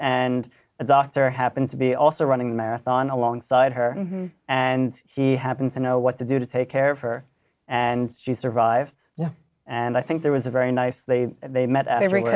and a doctor happened to be also running a marathon alongside her and he happened to know what to do to take care of her and she survived and i think there was a very nice they they met every